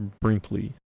Brinkley